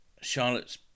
Charlotte's